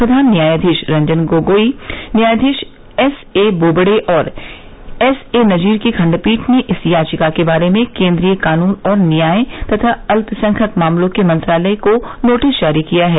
प्रधान न्यायाधीश रंजन गोगोई न्यायधीश S A Bobde और एस ए नजीर की खंडपीठ ने इस याचिका के बारे में केंद्रीय कानून और न्याय तथा अल्पसंख्यक मामलों के मंत्रालय को नोटिस जारी किया है